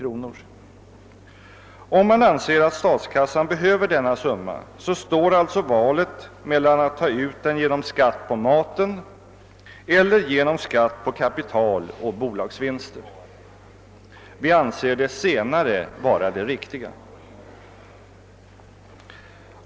Om man anser att statskassan behöver denna summa, står alltså valet mellan att ta ut den genom skatt på maten eller genom skatt på kapital och bolagsvinster. Vi anser det senare vara det riktiga.